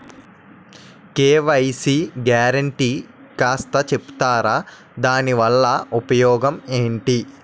KYC guarantee కాస్త చెప్తారాదాని వల్ల ఉపయోగం ఎంటి?